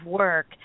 work